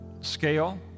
scale